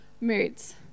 moods